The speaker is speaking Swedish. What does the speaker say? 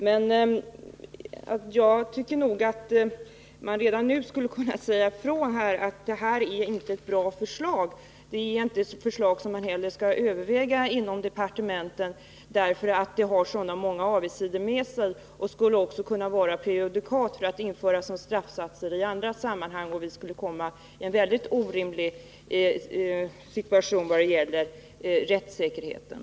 Men jag tycker att man redan nu skulle kunna säga ifrån, att det här inte är ett bra förslag och att man inte heller skall överväga det inom departementen, eftersom det har många avigsidor och också skulle kunna vara ett prejudikat för att införa sådana straffsatser i andra sammanhang. Då skulle vi kunna få en orimlig situation när det gäller rättssäkerheten.